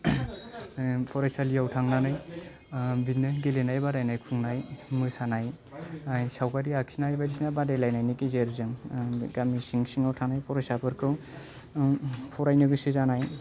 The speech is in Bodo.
फरायसालियाव थांनानै बिदिनो गेलेनाय बादायनाय खुंनाय मोसानाय सावगारि आखिनाय बायदिसिना बादायलायनायनि गेजेरजों आं बे गामि सिं सिङाव थानाय फरायसाफोरखौ आं फरायनो गोसो जानाय